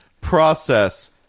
process